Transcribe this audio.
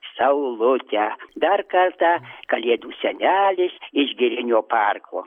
saulutę dar kartą kalėdų senelis iš girinio parko